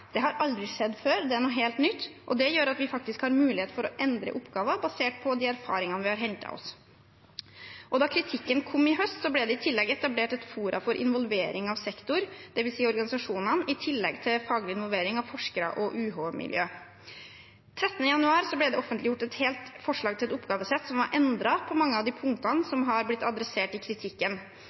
Det er gjort utprøvinger med elever – det har aldri skjedd før, det er noe helt nytt – og det gjør at vi faktisk har mulighet for å endre oppgaver basert på de erfaringene vi har hentet oss. Da kritikken kom i høst, ble det i tillegg etablert et forum for involvering av sektor, dvs. organisasjonene, i tillegg til den faglige involveringen av forskere og UH-miljø. Den 13. januar ble det offentliggjort et helt forslag til oppgavesett som var endret på mange av de punktene som har blitt adressert i kritikken.